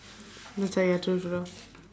jurong